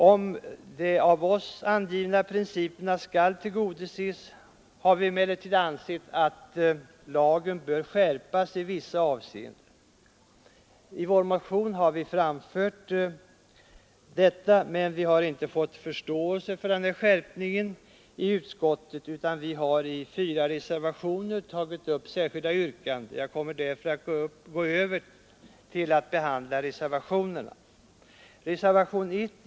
Om de av oss angivna principerna skall tillgodoses, har vi emellertid ansett att lagen bör skärpas i vissa avseenden. I vår motion har vi framfört detta, men vi har inte fått förståelse för denna skärpning i utskottet, utan vi har i fyra reservationer tagit upp särskilda yrkanden. Jag kommer därför att gå över till att behandla reservationerna. Reservationen 1.